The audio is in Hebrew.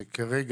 שכרגע,